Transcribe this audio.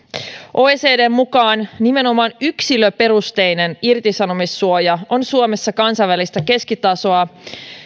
oecdn mukaan nimenomaan yksilöperusteinen irtisanomissuoja on suomessa kansainvälistä keskitasoa